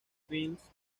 films